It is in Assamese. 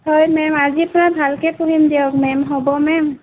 হয় মেম আজিৰ পৰা ভালকৈ পঢ়িম দিয়ক মেম হ'ব মেম